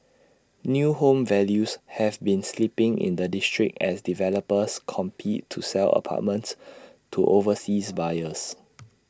new home values have been slipping in the district as developers compete to sell apartments to overseas buyers